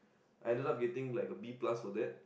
I ended up getting like a B plus for that